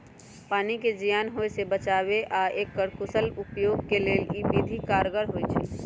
पानी के जीयान होय से बचाबे आऽ एकर कुशल उपयोग के लेल इ विधि कारगर होइ छइ